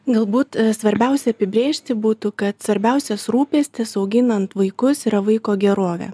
galbūt svarbiausia apibrėžti būtų kad svarbiausias rūpestis auginant vaikus yra vaiko gerovė